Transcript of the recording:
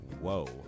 Whoa